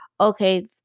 Okay